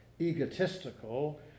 egotistical